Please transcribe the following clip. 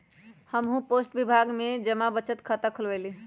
हम्हू पोस्ट विभाग में जमा बचत खता खुलवइली ह